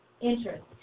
interest